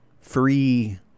free